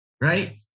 right